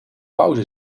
pauze